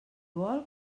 vol